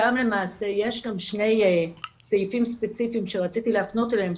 שם למעשה יש כאן שני סעיפים ספציפיים שרציתי להפנות אליהם,